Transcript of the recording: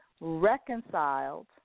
reconciled